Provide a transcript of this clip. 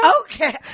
Okay